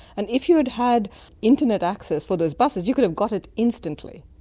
and if you had had internet access for those buses you could have got it instantly.